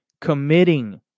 committing